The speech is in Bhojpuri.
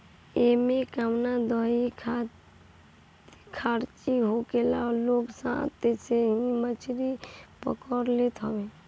एमे कवनो भी दउरी खाची लेके लोग हाथ से ही मछरी पकड़ लेत हवे